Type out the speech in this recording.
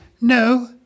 no